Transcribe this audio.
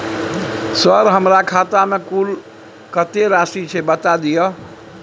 Sir हमरा खाता में कुल कत्ते राशि छै बता दिय?